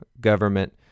government